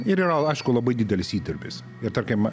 ir yra aišku labai didelis įdirbis ir tarkim